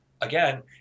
again